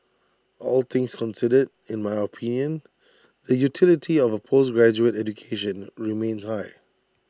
all things considered in my opinion the utility of A postgraduate education remains high